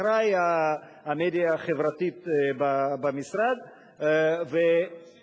אחראי המדיה החברתית במשרד חשבתי שיש